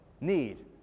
need